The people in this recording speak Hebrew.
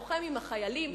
לוחם עם החיילים,